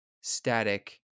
static